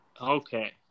Okay